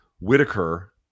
Whitaker